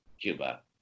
Cuba